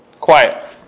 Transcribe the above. quiet